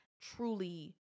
truly